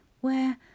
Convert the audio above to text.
where